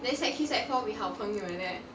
then sec three sec four we 好朋友 like that